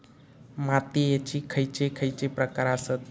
मातीयेचे खैचे खैचे प्रकार आसत?